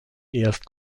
erst